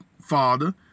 Father